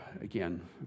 again